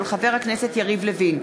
של חבר הכנסת יריב לוין,